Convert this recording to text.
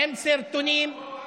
עם סרטונים, זה לא נכון.